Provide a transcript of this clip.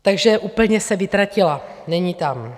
Takže úplně se vytratila, není tam.